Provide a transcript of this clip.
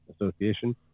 Association